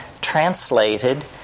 translated